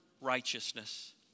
righteousness